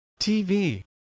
TV